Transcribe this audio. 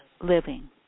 living